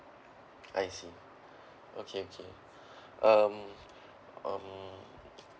I see okay um um